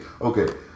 Okay